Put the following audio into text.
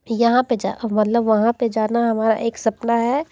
यहाँ पे जा मतलब वहाँ पे जाना हमारा एक सपना है